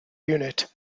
unit